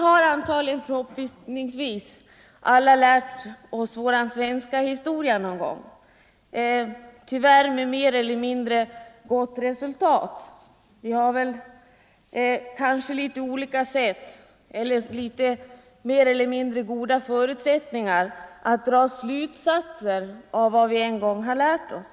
Förhoppningsvis har vi alla en gång läst litet om vår svenska historia, även om väl läsningen ibland ledde till mer eller mindre goda resultat. Vi har kanske litet olika förutsättningar att dra slutsatser av vad vi en gång har läst och lärt.